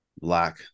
lack